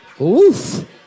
Oof